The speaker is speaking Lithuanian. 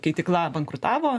keitykla bankrutavo